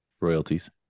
royalties